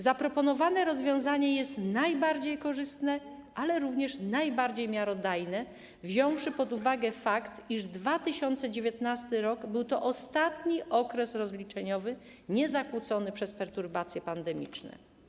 Zaproponowane rozwiązanie jest najbardziej korzystne, ale również najbardziej miarodajne, wziąwszy pod uwagę fakt, iż 2019 r. był ostatnim okresem rozliczeniowym niezakłóconym przez perturbacje pandemiczne.